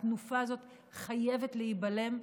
התנופה הזאת חייבת להיבלם,